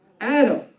Adam